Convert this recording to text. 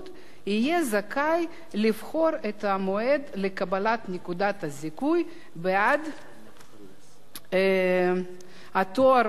יהיה זכאי לבחור את המועד לקבלת נקודת הזיכוי בעד התואר הראשון